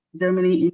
germany,